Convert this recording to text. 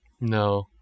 No